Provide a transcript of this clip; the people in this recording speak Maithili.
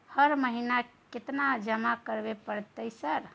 हर महीना केतना जमा करे परय छै सर?